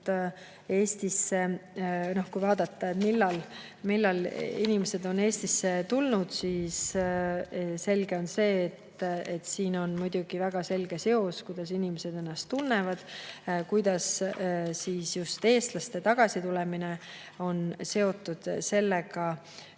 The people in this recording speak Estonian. et tegelikult, kui vaadata, millal inimesed on Eestisse tulnud, siis selge on see, et siin on muidugi väga selge seos, kuidas inimesed ennast tunnevad. Just eestlaste tagasitulemine on seotud sellega,